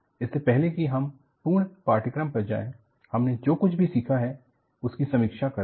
इससे पहले कि हम पूर्ण पाठ्यक्रम पर जाएं हमने जो कुछ भी सीखा है उसकी समीक्षा करते हैं